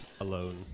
alone